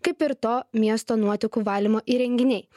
kaip ir to miesto nuotekų valymo įrenginiai